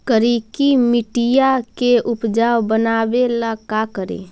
करिकी मिट्टियां के उपजाऊ बनावे ला का करी?